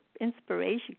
Inspiration